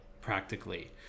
practically